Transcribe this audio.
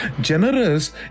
Generous